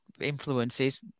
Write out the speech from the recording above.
influences